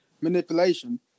manipulation